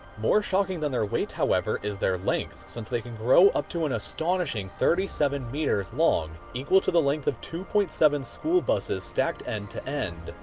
more shocking than their weight, however, is their length, since they can grow up to an astonishing thirty seven meters long, equal to the length of two point seven school buses stacked end to end.